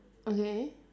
okay